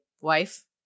wife